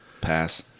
Pass